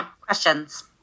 Questions